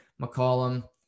McCollum